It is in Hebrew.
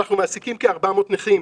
אנחנו מעסיקים כ-400 נכים,